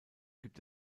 gibt